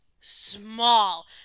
small